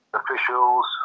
officials